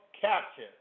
capture